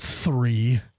Three